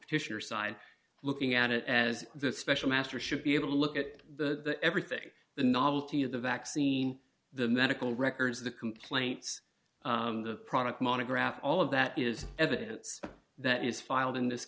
petitioner side looking at it as the special master should be able to look at the everything the novelty of the vaccine the medical records the complaints the product monographs all of that is evidence that is filed in this